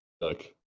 look